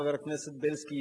חבר הכנסת בילסקי,